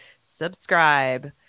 subscribe